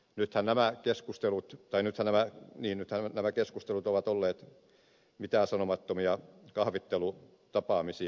nythän nämä keskustelut painetaan niin että nämä keskustelut ovat olleet mitäänsanomattomia kahvittelutapaamisia